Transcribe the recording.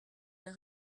d’un